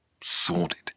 sordid